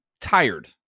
tired